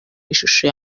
mashusho